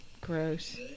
gross